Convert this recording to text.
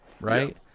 right